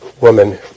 woman